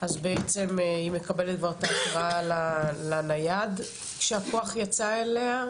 אז בעצם היא מקבלת כבר את האתראה לנייד שהכוח יצא אליה?